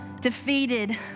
defeated